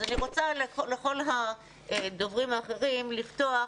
אז אני רוצה לכל הדוברים האחרים לפתוח